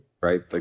Right